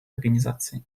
организации